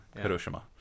Hiroshima